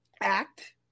act